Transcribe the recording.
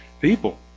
people